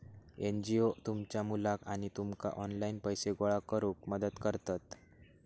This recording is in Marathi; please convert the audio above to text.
एन.जी.ओ तुमच्या मुलाक आणि तुमका ऑनलाइन पैसे गोळा करूक मदत करतत